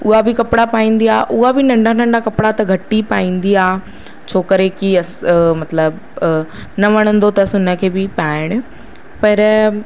उहा बि कपिड़ा पाईंदी आहे उहा बि नंढा नंढा कपिड़ा त घटि ई पाईंदी आहे छो करे की मतिलब न वणंदो अथस उनखे बि पाएण पर